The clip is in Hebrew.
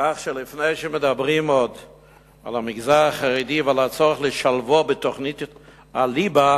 כך שלפני שמדברים עוד על המגזר החרדי ועל הצורך לשלבו בתוכנית הליבה,